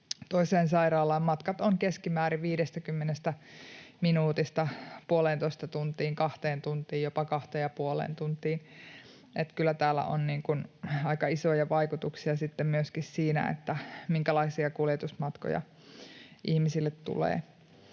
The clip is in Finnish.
toiseen sairaalaan. Matkat ovat keskimäärin 50 minuutista 1,5 tuntiin, 2 tuntiin, jopa 2,5 tuntiin, että kyllä tällä on aika isoja vaikutuksia myöskin siinä, minkälaisia kuljetusmatkoja ihmisille tulee.